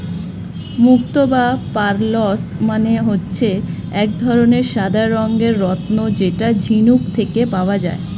মুক্তো বা পার্লস মানে হচ্ছে এক ধরনের সাদা রঙের রত্ন যেটা ঝিনুক থেকে পাওয়া যায়